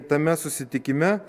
tame susitikime